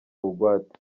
bugwate